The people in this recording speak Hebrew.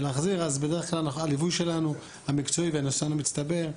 בדרך כלל הליווי שלנו המקצועי והניסיון המצטבר תורם.